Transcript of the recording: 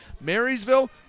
Marysville